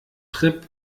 tripp